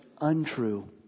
untrue